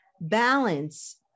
balance